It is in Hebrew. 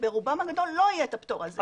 ברובם הגדול לא יהיה את הפטור הזה.